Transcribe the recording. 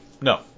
No